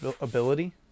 ability